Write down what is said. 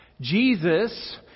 Jesus